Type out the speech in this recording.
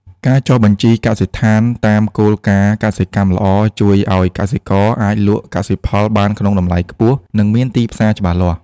ការចុះបញ្ជីកសិដ្ឋានតាមគោលការណ៍កសិកម្មល្អ ជួយឱ្យកសិករអាចលក់កសិផលបានក្នុងតម្លៃខ្ពស់ និងមានទីផ្សារច្បាស់លាស់។